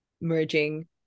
merging